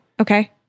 Okay